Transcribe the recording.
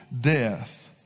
death